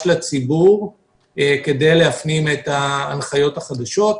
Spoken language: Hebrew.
לציבור כדי להפנים את ההנחיות החדשות.